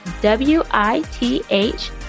W-I-T-H